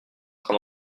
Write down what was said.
train